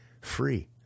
free